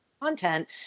content